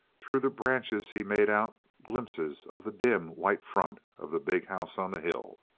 through the branches he made out glimpses of the dim, white front of the big house on the hill.